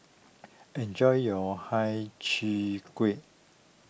enjoy your Hai Cheong Gui